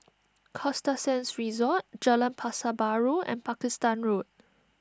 Costa Sands Resort Jalan Pasar Baru and Pakistan Road